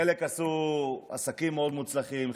חלק עשו עסקים מאוד מוצלחים,